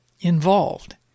involved